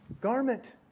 garment